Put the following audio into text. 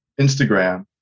Instagram